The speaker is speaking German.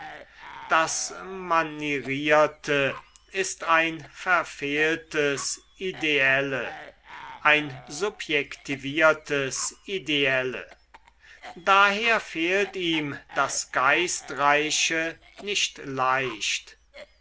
das manierierte ist ein verfehltes ideelle ein subjektiviertes ideelle daher fehlt ihm das geistreiche nicht leicht